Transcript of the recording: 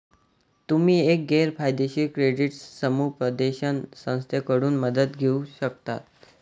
तुम्ही एक गैर फायदेशीर क्रेडिट समुपदेशन संस्थेकडून मदत घेऊ शकता